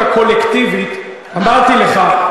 אמרתי לך,